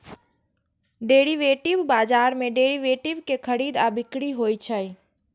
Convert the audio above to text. derivative बाजार मे derivative के खरीद आ बिक्री होइ छै